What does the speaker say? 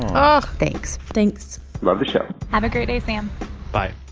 um thanks thanks love the show have a great day, sam bye